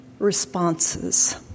Responses